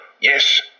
Yes